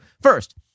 First